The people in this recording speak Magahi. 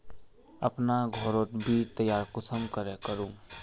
अपना घोरोत बीज तैयार कुंसम करे करूम?